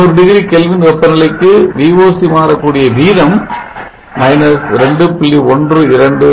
300 degree Kelvin வெப்பநிலைக்கு Voc மாறக்கூடிய வீதம் -2